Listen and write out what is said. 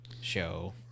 show